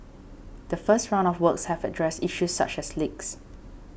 the first round of works have addressed issues such as leaks